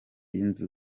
y’inzu